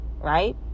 Right